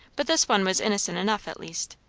but this one was innocent enough, at least.